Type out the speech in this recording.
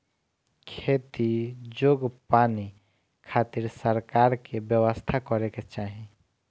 खेती जोग पानी खातिर सरकार के व्यवस्था करे के चाही